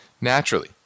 naturally